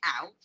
out